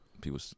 people